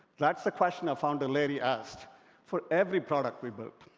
that's the question our founder larry asked for every product we built.